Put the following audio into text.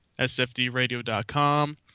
sfdradio.com